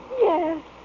Yes